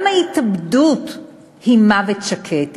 גם ההתאבדות היא מוות שקט,